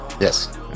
Yes